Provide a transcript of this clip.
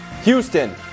houston